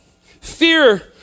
Fear